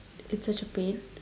it's such a pain